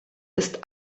ist